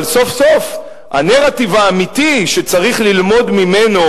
אבל סוף-סוף הנרטיב האמיתי, שצריך ללמוד ממנו,